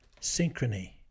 synchrony